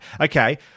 Okay